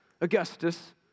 Augustus